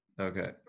Okay